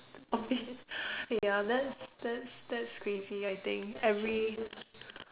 okay ya that's that's that's crazy I think every